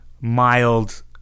mild